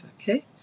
Okay